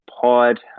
pod